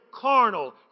carnal